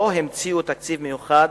לא המציאו עד היום תקציב מיוחד